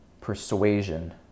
persuasion